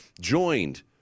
joined